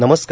नमस्कार